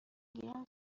گیرم